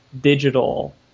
digital